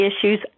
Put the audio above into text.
issues